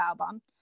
album